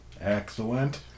Excellent